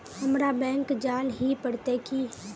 हमरा बैंक जाल ही पड़ते की?